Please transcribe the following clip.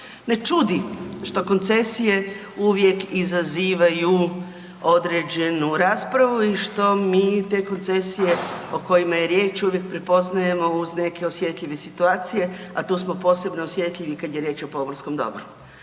Ne čudi što koncesije uvijek izazivaju određenu raspravu i što mi te koncesije o kojima je riječ, uvijek prepoznajemo uz neke osjetljive situacije a tu smo posebno osjetljivi o pomorskom dobru.